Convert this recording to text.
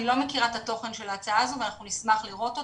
אני לא מכירה את תוכן ההצעה הזו, נשמח לראות אותה.